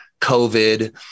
COVID